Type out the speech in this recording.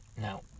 Now